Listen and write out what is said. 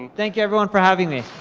thank you everyone for having me.